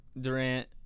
Durant